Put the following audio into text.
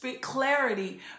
clarity